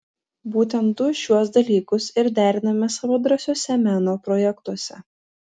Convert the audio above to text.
būtent du šiuos dalykus ir deriname savo drąsiuose meno projektuose